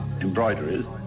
embroideries